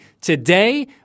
Today